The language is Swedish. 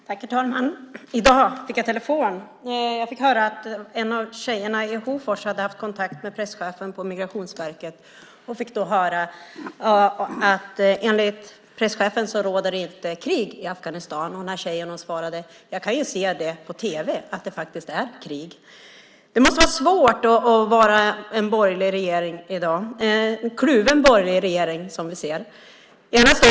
Herr talman! I dag fick jag telefon. Jag fick höra att en av tjejerna i Hofors hade haft kontakt med presschefen på Migrationsverket. Hon hade fått höra att det enligt presschefen inte råder krig i Afghanistan. Tjejen svarade: Jag kan ju se på tv att det faktiskt är krig. Det måste vara svårt att vara borgerlig regering i dag. Det är en kluven borgerlig regering som vi ser.